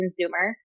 consumer